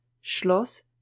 schloss